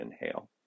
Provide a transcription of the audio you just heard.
inhale